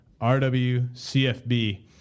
RWCFB